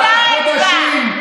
אותה אצבע.